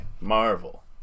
Marvel